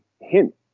hint